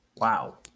wow